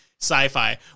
sci-fi